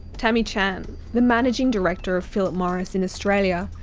tammy chan, the managing director of philip morris in australia,